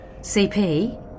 CP